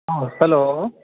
औ हेलौ